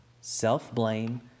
self-blame